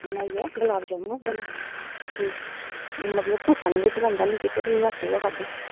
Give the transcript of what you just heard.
बनाइयै गुलाब जामनु बनाए ते मतलब कुसै ने बी पसंद हैन्नी कीते ते में आपूं गै खाद्धे